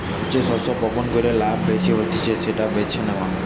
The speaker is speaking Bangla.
যে শস্য বপণ কইরে লাভ বেশি হতিছে সেটা বেছে নেওয়া